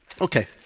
Okay